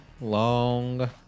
long